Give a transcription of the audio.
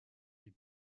est